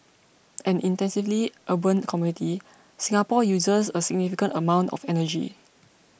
an intensively urban community Singapore uses a significant amount of energy